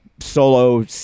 solo